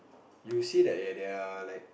you see that at they are like